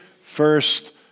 first